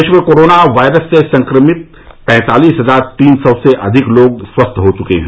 देश में coronavirus से संक्रमित पैंतालीस हजार तीन सौ से अधिक लोग स्वस्थ हो चुके हैं